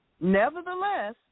Nevertheless